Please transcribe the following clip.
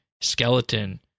Skeleton